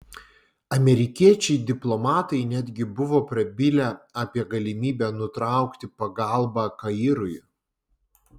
amerikiečiai diplomatai netgi buvo prabilę apie galimybę nutraukti pagalbą kairui